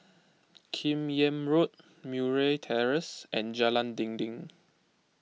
Kim Yam Road Murray Terrace and Jalan Dinding